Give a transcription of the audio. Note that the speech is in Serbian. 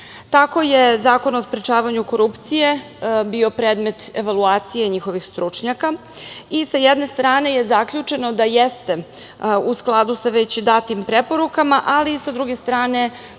Tako je Zakon o sprečavanju korupcije bio predmet evaluacije njihovih stručnjaka i sa jedne strane je zaključeno da jeste u skladu sa već datim preporukama, ali sa druge strane